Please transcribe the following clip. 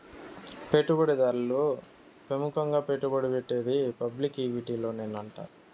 పెట్టుబడి దారులు పెముకంగా పెట్టుబడి పెట్టేది పబ్లిక్ ఈక్విటీలోనేనంట